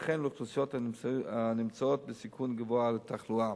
וכן לאוכלוסיות הנמצאות בסיכון גבוה לתחלואה.